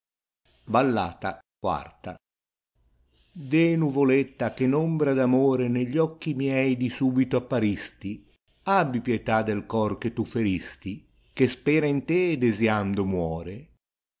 ballata it d eh nuvoletta che n ombra d amore negli occhi miei di subito apparisti abbi pietà del cor che tu feristi che spera in te e desiando muore